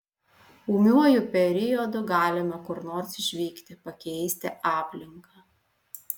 ūmiuoju periodu galima kur nors išvykti pakeisti aplinką